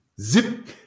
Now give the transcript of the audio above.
zip